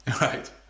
Right